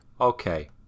Okay